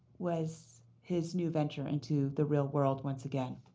was his new venture into the real world once again.